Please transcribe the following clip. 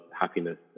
happiness